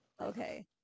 Okay